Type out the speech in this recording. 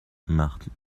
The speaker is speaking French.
marie